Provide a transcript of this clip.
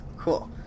Cool